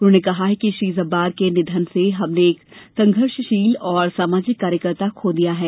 उन्होंने कहा है कि श्री जब्बार के निधन से हमने एक संघर्षशील और सामाजिक कार्यकर्ता को खो दिया है